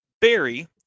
Barry